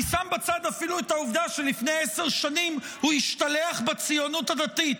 אני שם בצד אפילו את העובדה שלפני עשר שנים הוא השתלח בציונות הדתית,